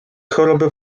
chorobę